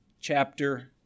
chapter